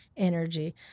Energy